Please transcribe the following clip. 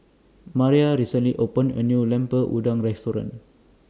Maria recently opened A New Lemper Udang Restaurant